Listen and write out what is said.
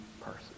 person